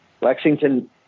Lexington